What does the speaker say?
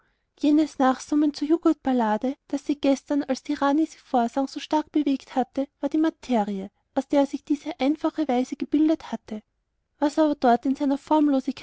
jenes nachsummen zur juggurt ballade das sie gestern als die rani ihr vorsang so stark bewegt hatte war die materie aus der sich diese einfache weise gebildet hatte was aber dort in seiner